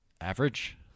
average